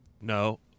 No